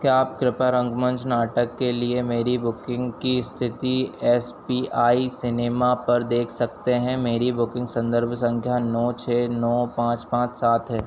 क्या आप कृपया रंगमंच नाटक के लिए मेरी बुकिंग की स्थिति एस पी आई सिनेमा पर देख सकते हैं मेरी बुकिंग संदर्भ संख्या नौ छः नौ पाँच पाँच सात है